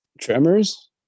Tremors